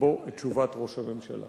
בו את תשובת ראש הממשלה.